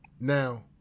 Now